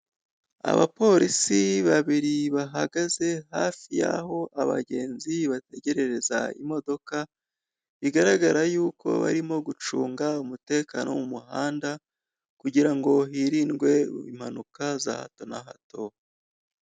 Abapolisi babiri bahagaze hafi y'aho abagenzi bategerereza imodoka, bigaragara yuko barimo gucunga umutekano wo mu muhanda, kugira ngo hirindwe impanuka za hato na hato.